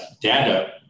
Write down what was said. Data